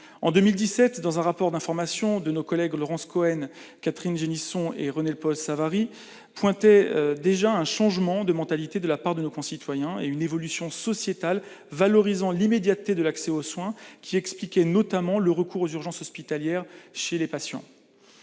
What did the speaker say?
En 2017, un rapport d'information de nos collègues Laurence Cohen, Catherine Génisson et René-Paul Savary faisait déjà état d'un changement de mentalité de la part de nos concitoyens et d'une évolution sociétale valorisant l'immédiateté de l'accès aux soins, ce qui expliquerait notamment le recours aux urgences hospitalières chez les patients.